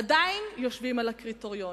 עדיין יושבים על הקריטריונים.